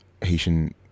Haitian